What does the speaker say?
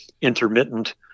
intermittent